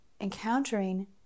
encountering